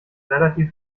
relativ